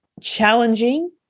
challenging